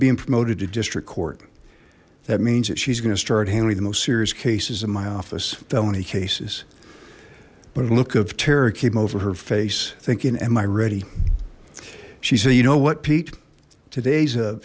being promoted to district court that means that she's going to start handling the most serious cases in my office felony cases but a look of terror came over her face thinking am i ready she said you know what pete today's a